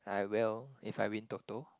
I will if I win Toto